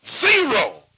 Zero